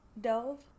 Dove